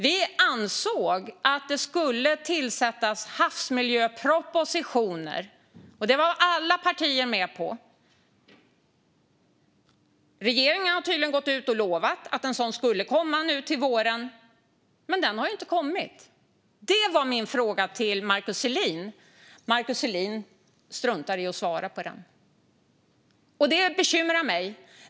Vi ansåg att det skulle tas fram havsmiljöpropositioner, och det var alla partier med på. Regeringen har tydligen gått ut och lovat att en sådan skulle komma nu till våren, men den har inte kommit. Det var min fråga till Markus Selin, men Markus Selin struntar i att svara på den. Det bekymrar mig.